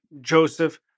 Joseph